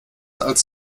als